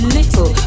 little